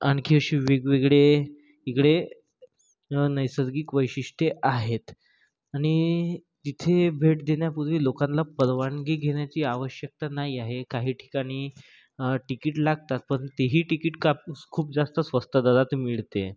आणखी असे वेगवेगळे इकडे नैसर्गिक वैशिष्ट्ये आहेत आणि इथे भेट देण्यापूर्वी लोकांना परवानगी घेण्याची आवश्यकता नाही आहे काही ठिकाणी टिकीट लागतात पण तेही टिकीट का खूप जास्त स्वस्त दरात मिळते